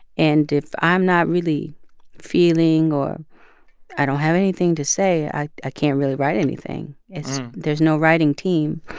and if i'm not really feeling or i don't have anything to say, i can't really write anything. it's there's no writing team.